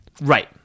right